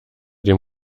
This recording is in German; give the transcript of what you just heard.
dem